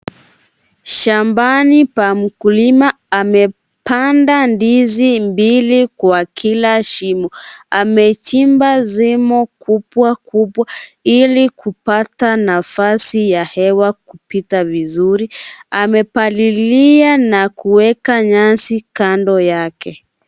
Shambani pa mkulima amepanda ndizi mbili kwa kila shimo. Amechimba shimo kubwa kubwa ili kupata nafasi ya hewa kupita vizuri. Amepalilia na kuweka nyasi kando yake.